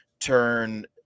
turn